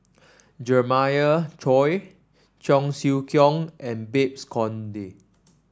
Jeremiah Choy Cheong Siew Keong and Babes Conde